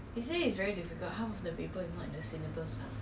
russell 真的 meh 有人要他 meh